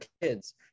kids